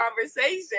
conversation